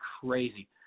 crazy